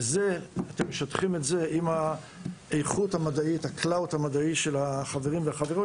את זה אתם משדכים עם האיכות המדעית של החברים והחברות